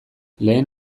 lehen